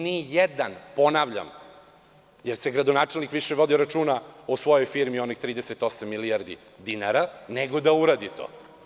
Ni jedan, ponavljam, jer gradonačelnik više vodi računa o svojoj firmi, onih 38 milijardi dinara, nego da uradi to.